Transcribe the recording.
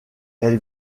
elle